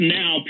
now